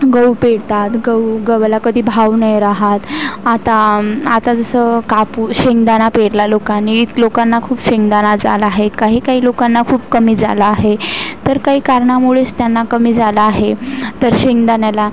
गहू पेरतात गहू गव्हाला कधी भाव नाही राहत आता आता जसं कापूस शेंगदाणा पेरला लोकांनी लोकांना खूप शेंगदाणाच झाला आहे काहीकाही लोकांना खूप कमी झाला आहे तर काही कारणामुळेच त्यांना कमी झाला आहे तर शेंगदाण्याला